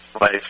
life